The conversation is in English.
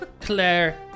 Claire